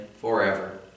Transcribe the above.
forever